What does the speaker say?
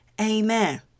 Amen